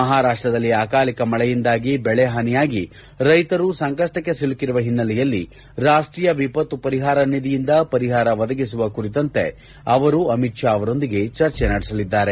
ಮಹಾರಾಷ್ಟದಲ್ಲಿ ಅಕಾಲಿಕ ಮಳೆಯಿಂದಾಗಿ ಬೆಳೆ ಹಾನಿಯಾಗಿ ರೈತರು ಸಂಕಷ್ಚಕ್ಕೆ ಸಿಲುಕಿರುವ ಹಿನ್ನೆಲೆಯಲ್ಲಿ ರಾಷ್ಟೀಯ ವಿಪತ್ತು ಪರಿಹಾರ ನಿಧಿಯಿಂದ ಪರಿಹಾರ ಒದಗಿಸುವ ಕುರಿತಂತೆ ಅವರು ಅಮಿತ್ ಶಾ ಅವರೊಂದಿಗೆ ಚರ್ಚಿಸಲಿದ್ದಾರೆ